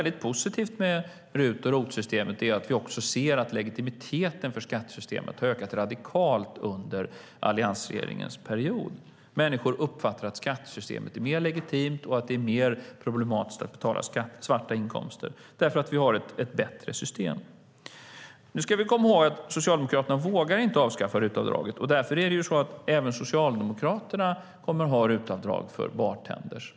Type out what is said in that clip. Det positiva med RUT och ROT-systemet är dessutom att vi ser att legitimiteten för skattesystemet ökat radikalt, vilket skett under alliansregeringens tid. Människor uppfattar att skattesystemet är mer legitimt. Det är mer problematiskt att betala svarta löner. Vi har ett bättre system. Vi ska komma ihåg att Socialdemokraterna inte vågar avskaffa RUT-avdraget, och därför kommer även Socialdemokraterna att ha RUT-avdrag för bartendrar.